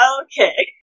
okay